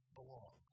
belong